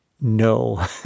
no